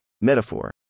metaphor